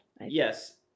Yes